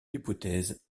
l’hypothèse